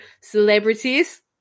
celebrities